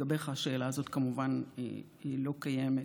לגביך השאלה הזאת כמובן לא קיימת.